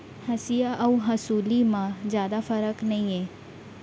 हँसिया अउ हँसुली म जादा फरक नइये